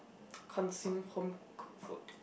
consume home cooked food